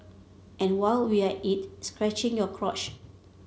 and while we at it scratching your crotch